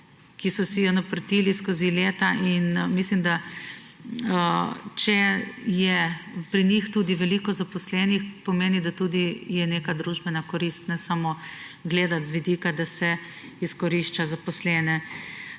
ki so si jo naprtili skozi leta. Mislim, da če je pri njih tudi veliko zaposlenih, pomeni, da tudi je neka družbena korist, ne samo gledati z vidika, da se izkorišča zaposlene.